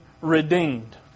redeemed